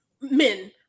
Men